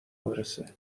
برسه